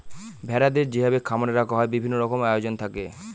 ভেড়াদের যেভাবে খামারে রাখা হয় বিভিন্ন রকমের আয়োজন থাকে